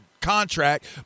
contract